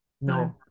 No